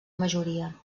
majoria